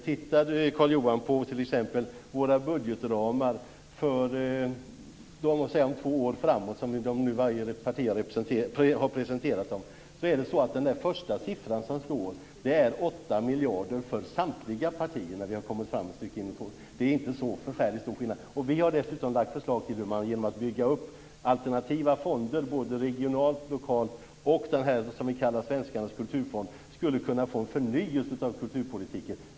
Tittar Carl-Johan Wilson t.ex. på de budgetramar för två år framåt som varje parti nu har presenterat, är det så att den där första siffran som står är 8 miljarder kronor för samtliga partier när vi har kommit ett stycke in i 2000-talet. Det är inte så förfärligt stor skillnad. Vi har dessutom lagt fram förslag om hur man genom att bygga upp alternativa fonder både regionalt, lokalt och i fråga om det som vi kallar Svenskarnas kulturfond skulle kunna få en förnyelse av kulturpolitiken.